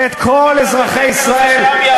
ואת כל אזרחי ישראל,